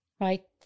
right